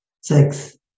Six